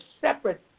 separate